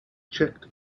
checked